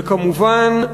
וכמובן,